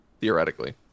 theoretically